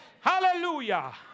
hallelujah